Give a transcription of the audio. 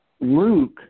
Luke